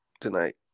tonight